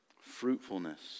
Fruitfulness